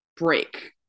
break